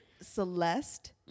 Celeste